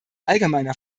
allgemeiner